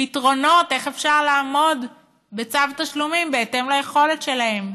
פתרונות איך אפשר לעמוד בצו תשלומים בהתאם ליכולת שלהם.